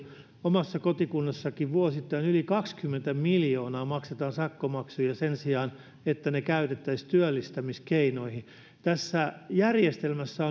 omassa kotikunnassanikin vuosittain maksetaan yli kaksikymmentä miljoonaa sakkomaksuja sen sijaan että ne käytettäisiin työllistämiskeinoihin tässä järjestelmässä